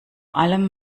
allem